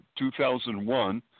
2001